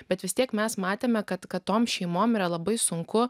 bet vis tiek mes matėme kad kad toms šeimoms yra labai sunku